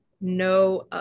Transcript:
no